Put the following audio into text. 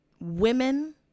women